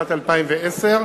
שנת 2010,